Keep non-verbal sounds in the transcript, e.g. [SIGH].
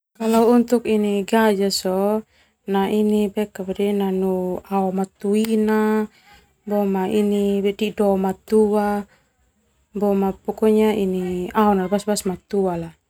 Kalau untuk ini gajah sona ini [HESITATION] nanu ao matua dido matua boma pokonya ini ao nala basa matua.